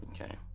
Okay